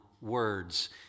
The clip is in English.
words